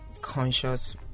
conscious